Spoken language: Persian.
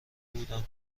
بودم